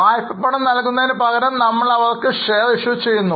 വായ്പ പണം നൽകുന്നതിന് പകരം നമ്മൾ അവർക്ക് ഷെയർ ഇഷ്യു ചെയ്യുന്നു